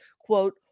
quote